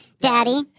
Daddy